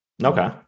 Okay